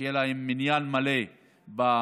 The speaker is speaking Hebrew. ושיהיה להן מניין מלא בדירקטוריון,